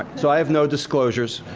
so, i have no disclosures.